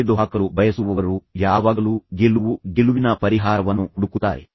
ತೊಡೆದುಹಾಕಲು ಬಯಸುವವರು ಯಾವಾಗಲೂ ಗೆಲುವು ಗೆಲುವಿನ ಪರಿಹಾರವನ್ನು ಹುಡುಕುತ್ತಾರೆ